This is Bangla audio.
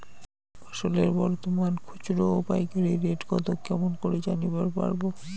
ফসলের বর্তমান খুচরা ও পাইকারি রেট কতো কেমন করি জানিবার পারবো?